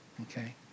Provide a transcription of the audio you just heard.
Okay